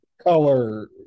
Color